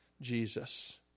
Jesus